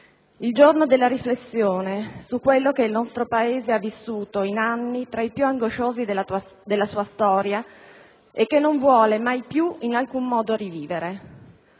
il giorno della riflessione su quello che il nostro Paese ha vissuto in anni tra i più angosciosi della sua storia e che non vuole mai più in alcun modo rivivere.